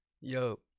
Yo